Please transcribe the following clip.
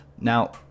Now